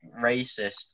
racist